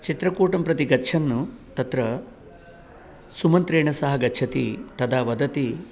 चित्रकूटं प्रति गच्छन् तत्र सुमन्त्रेण सह गच्छति तदा वदति